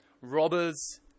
robbers